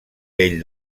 vell